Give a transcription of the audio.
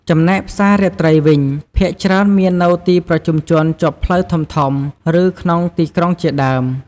ចំណែកផ្សាររាត្រីវិញ ភាគច្រើនមាននៅទីប្រជុំជនជាប់ផ្លូវធំៗ ឬក្នុងទីក្រុងជាដើម។